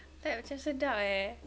tengok macam sedap eh